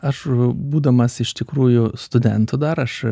aš būdamas iš tikrųjų studentu dar aš